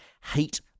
hate